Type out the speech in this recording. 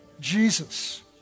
Jesus